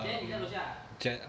um